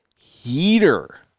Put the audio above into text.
heater